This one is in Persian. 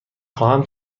خواهم